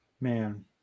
Man